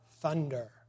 thunder